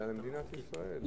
אלא למדינת ישראל.